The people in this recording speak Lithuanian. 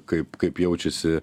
kaip kaip jaučiasi